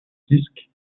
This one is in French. disque